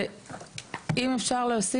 אני אשמח שיוסיפו את זה, אם אפשר.